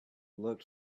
looked